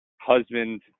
husband